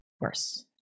worse